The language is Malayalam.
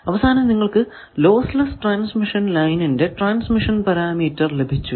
അവസാനം നിങ്ങൾക്കു ലോസ് ലെസ്സ് ട്രാൻസ്മിഷൻ ലൈനിന്റെ ട്രാൻസ്മിഷൻ പാരാമീറ്റർ ലഭിച്ചു